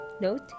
note